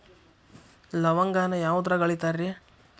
ಲವಂಗಾನ ಯಾವುದ್ರಾಗ ಅಳಿತಾರ್ ರೇ?